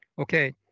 Okay